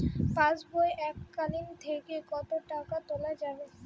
পাশবই এককালীন থেকে কত টাকা তোলা যাবে?